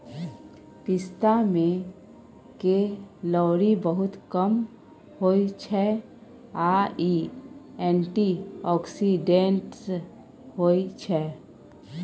पिस्ता मे केलौरी बहुत कम होइ छै आ इ एंटीआक्सीडेंट्स होइ छै